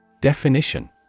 Definition